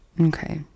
Okay